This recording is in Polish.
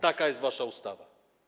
Taka jest wasza ustawa.